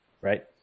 right